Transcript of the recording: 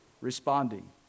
responding